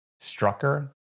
Strucker